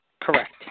Correct